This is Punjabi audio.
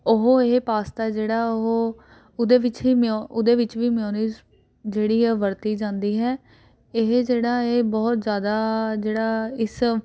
ਉਹ ਇਹ ਪਾਸਤਾ ਜਿਹੜਾ ਉਹ ਉਹਦੇ ਵਿੱਚ ਹੀ ਮਿਓ ਉਹਦੇ ਵਿੱਚ ਵੀ ਮਿਓਨੀਸ ਜਿਹੜੀ ਆ ਵਰਤੀ ਜਾਂਦੀ ਹੈ ਇਹ ਜਿਹੜਾ ਹੈ ਬਹੁਤ ਜ਼ਿਆਦਾ ਜਿਹੜਾ ਇਸ